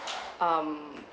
um